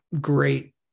great